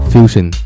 Fusion